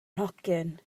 nhocyn